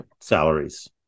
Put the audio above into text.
salaries